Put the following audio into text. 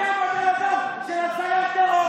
אם אתה חושב לרגע שאין לי מספיק כריזמה או